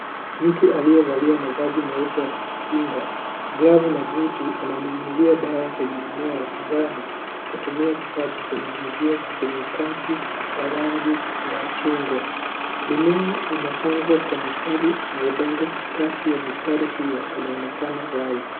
Mtu aliyevalia mavazi meupe ya kujikinga, glavu na boot akinyunyisia dawa kwenye mimea ya shambani, kutumia kifaa cha kunyunyisia chenye tangi la rangi ya chungwa. Mimea imepangwa kwa mstari na udongo, kati ya mistari hiyo inaonekana wazi